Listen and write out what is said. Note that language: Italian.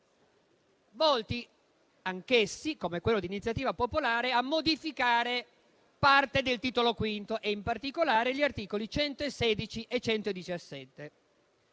volti anch'essi, come quello di iniziativa popolare, a modificare parte del Titolo V, in particolare gli articoli 116 e 117.